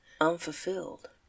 unfulfilled